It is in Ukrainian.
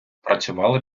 працювали